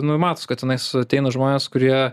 nu ir matos kad tenais ateina žmonės kurie